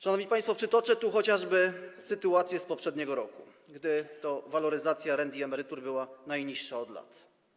Szanowni państwo, przytoczę tu chociażby sytuację z poprzedniego roku, gdy waloryzacja rent i emerytur była najniższa od lat.